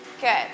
Good